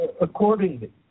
accordingly